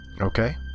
Okay